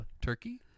Turkey